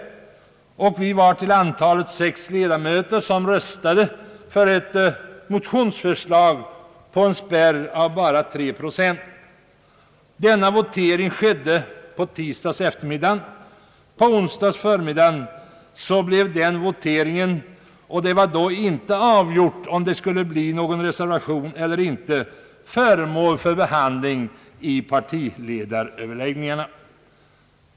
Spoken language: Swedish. Vi var sex ledamöter som röstade för ett motionsförslag på en treprocentig spärr. Denna votering skedde på tisdagseftermiddagen. På onsdagsförmiddagen blev voteringen — redan innan det var avgjort om någon reservation skulle lämnas eller inte — föremål för behandling vid partiledaröverläggningarna.